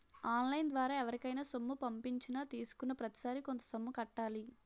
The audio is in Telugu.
ఆన్ లైన్ ద్వారా ఎవరికైనా సొమ్ము పంపించినా తీసుకున్నాప్రతిసారి కొంత సొమ్ము కట్టాలి